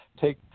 take